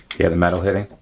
hear the metal hitting?